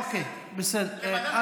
אוקיי, בסדר.